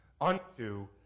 unto